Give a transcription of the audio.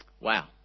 Wow